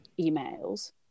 emails